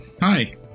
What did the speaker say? Hi